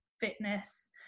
fitness